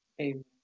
Amen